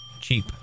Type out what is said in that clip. cheap